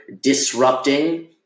disrupting